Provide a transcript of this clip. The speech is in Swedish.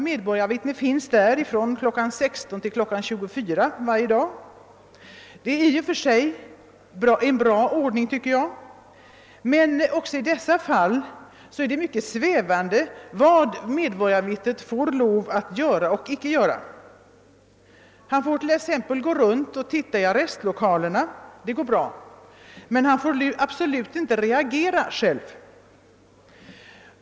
Medborgarvittne finns där från kl. 16 till kl. 24 varje dag. Det är i och för sig en god ordning, men också i dessa fall är det mycket ovisst vad medborgarvittnet får lov att göra och icke göra. Han får t.ex. gå runt och titta i arrestlokalerna — det går bra — men han får absolut inte reagera själv.